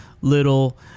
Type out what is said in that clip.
little